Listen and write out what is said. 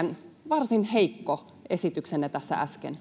oli varsin heikko tässä äsken.